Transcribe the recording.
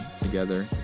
together